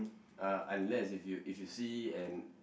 uh unless if you if you see an